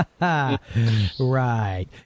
Right